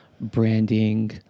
branding